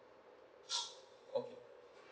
okay